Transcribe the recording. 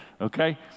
Okay